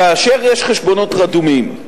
כאשר יש חשבונות רדומים,